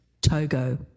Togo